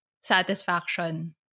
satisfaction